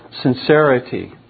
sincerity